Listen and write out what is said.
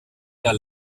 der